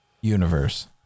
universe